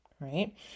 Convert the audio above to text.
right